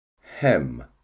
hem